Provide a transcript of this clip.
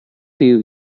few